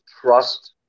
trust